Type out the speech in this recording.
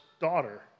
daughter